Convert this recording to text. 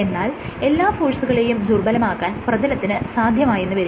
എന്നാൽ എല്ലാ ഫോഴ്സുകളെയും ദുർബലമാക്കാൻ പ്രതലത്തിന് സാധ്യമായെന്ന് വരില്ല